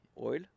oil